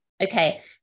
Okay